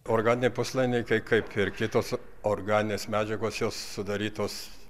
organiniai puslaidininkiai kaip ir kitos organinės medžiagos jos sudarytos